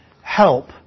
help